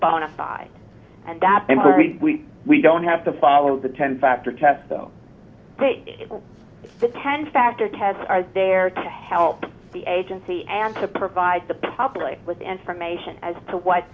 bona fide and that we don't have to follow the ten factor test though the ten factor tests are there to help the agency and to provide the properly with information as to what